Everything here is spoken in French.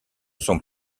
sont